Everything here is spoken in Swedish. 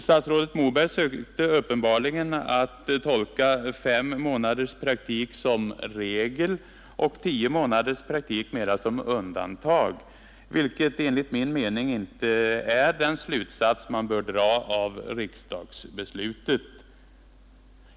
Statsrådet Moberg sökte uppenbarligen tolka fem månaders praktik som regel och tio månaders praktik mera som undantag, vilket enligt min mening inte är den slutsats man bör dra av riksdagsbeslutet.